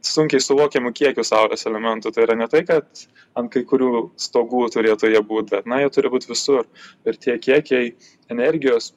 sunkiai suvokiamų kiekių saulės elementų tai yra ne tai kad ant kai kurių stogų turėtų jie būt ar ne jų turi būt visur ir tie kiekiai energijos